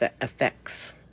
effects